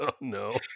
No